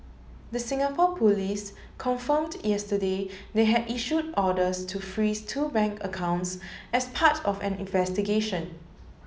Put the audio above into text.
the Singapore police confirmed yesterday they had issued orders to freeze two bank accounts as part of an investigation